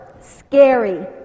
scary